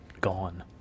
gone